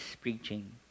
preaching